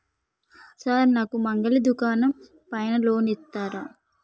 Sir నాకు మంగలి దుకాణం పైన లోన్ ఇత్తరా?